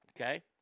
Okay